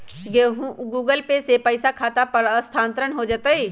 Google Pay से पईसा खाता पर स्थानानंतर हो जतई?